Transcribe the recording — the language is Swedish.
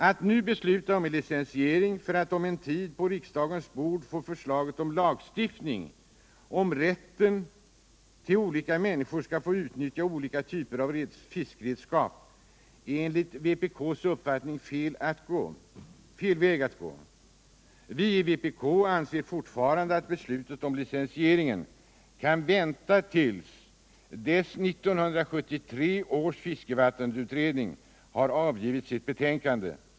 AU nu besluta om licensiering för att om en tid på riksdagens bord få ett förslag om lagstiftning rörande rätten för olika människor att utnyttja olika typer av fiskredskap är enligt vår uppfattning fel väg att gå. Inom vänsterpartiet kommunisterna anser vi fortfarande att beslutet om licensiering kan vänta till dess 1973 års fiskevattensutredning har avgivit sitt betänkande.